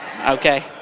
Okay